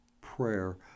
prayer